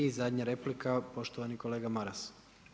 I zadnja replika poštovani kolega Maras.